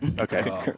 okay